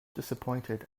disappointed